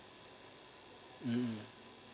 mm